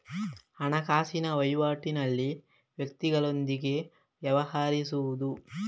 ಹಣಕಾಸಿನ ವಹಿವಾಟಿನಲ್ಲಿ ವ್ಯಕ್ತಿಗಳೊಂದಿಗೆ ವ್ಯವಹರಿಸುವುದು